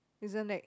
isn't that